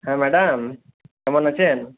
হ্যাঁ ম্যাডাম কেমন আছেন